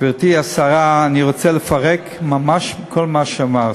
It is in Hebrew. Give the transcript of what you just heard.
גברתי השרה, אני רוצה לפרק ממש את כל מה שאמרת.